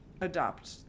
adopt